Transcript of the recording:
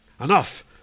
Enough